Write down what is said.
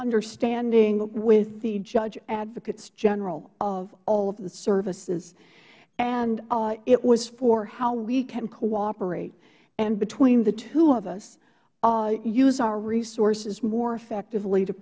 understanding with the judge advocates general of all of the services and it was for how we can cooperate and between the two of us use our resources more effectively to